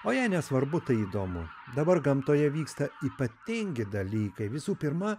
o ją nesvarbu tai įdomu dabar gamtoje vyksta ypatingi dalykai visų pirma